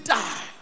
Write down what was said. die